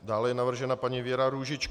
Dále je navržena paní Věra Růžičková.